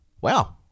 Wow